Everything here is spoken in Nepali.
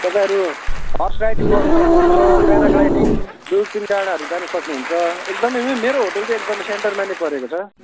तपाईँहरू हर्स राइडिङ गर्नु सक्नुहुन्छ प्याराग्लाइडिङ दुर्पिन डाँडाहरू जान सक्नुहुन्छ एकदमै मेरो होटल चाहिँ एकदमै सेन्टरमा नै परेको छ